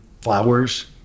flowers